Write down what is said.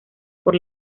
por